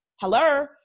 hello